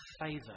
favor